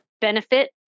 benefit